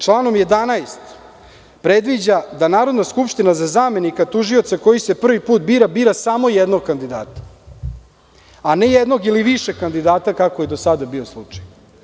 Član 11. predviđa da Narodna skupština za zamenika tužioca koji se prvi put bira bira samo jednog kandidata, a ne jednog ili više kandidata, kako je do sada bio slučaj.